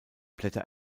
blätter